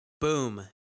boom